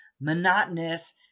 monotonous